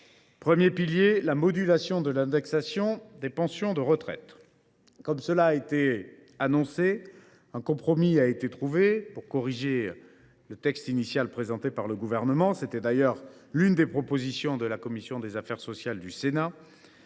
premier pilier est la modulation de l’indexation des pensions de retraite. Comme cela a été annoncé, un compromis a été trouvé, afin de corriger la copie initiale présentée par le Gouvernement – c’était d’ailleurs l’une des propositions de la commission des affaires sociales du Sénat.